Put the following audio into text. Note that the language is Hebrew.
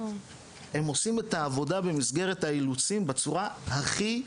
הם עושים את העבודה במסגרת האילוצים בצורה הכי טובה.